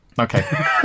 Okay